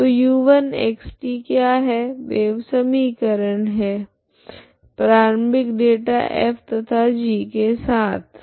तो u1xt क्या है वेव समीकरण है प्रारम्भिक डेटा f तथा g के साथ है